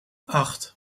acht